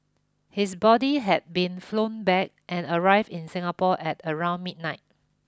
his body had been flown back and arrived in Singapore at around midnight